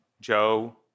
Joe